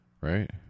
right